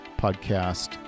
podcast